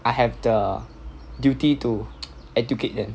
I have the duty to educate them